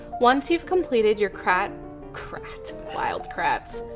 once you've completed, your crat crat, wild crats.